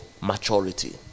maturity